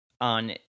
on